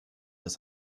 ist